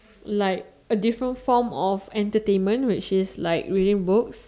like a different form of entertainment which is like reading books